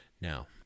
Now